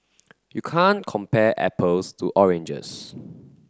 you can't compare apples to oranges